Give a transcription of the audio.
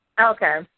Okay